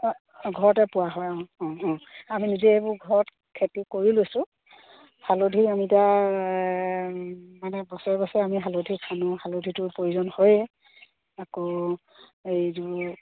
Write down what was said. অঁ ঘৰতে পোৱা হয় অঁ অঁ অঁ আমি নিজে এইবোৰ ঘৰত খেতি কৰি লৈছোঁ হালধি আমি এতিয়া মানে বছৰে বছৰে আমি হালধি খান্দো হালধিটোৰ প্ৰয়োজন হয়ে আকৌ এইযোৰ